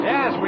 Yes